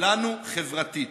לנו חברתית.